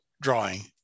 drawing